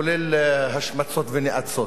כולל השמצות ונאצות.